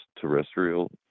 terrestrial